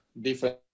different